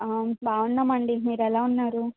బాగున్నామండి మీరెలా ఉన్నారు